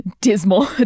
dismal